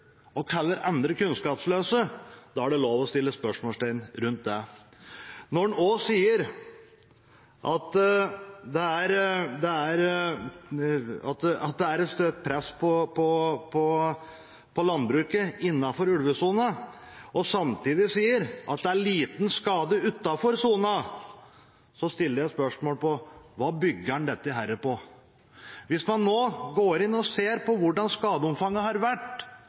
og kaller andre kunnskapsløse, er det lov å sette spørsmålstegn ved det. Når man også sier at det er stort press på landbruket innenfor ulvesonen og samtidig sier at det er lite skade utenfor sonen, stiller jeg spørsmål om hva man bygger dette på. Hvis man ser på hvordan skadeomfanget har vært